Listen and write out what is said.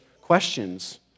questions